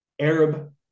Arab